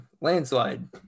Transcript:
landslide